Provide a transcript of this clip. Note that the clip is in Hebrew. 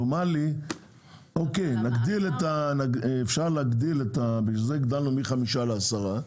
לכן הגדלנו מחמישה לעשרה.